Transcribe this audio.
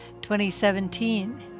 2017